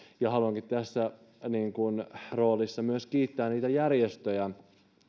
haluankin tässä roolissa myös kiittää niitä järjestöjä